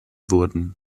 wurden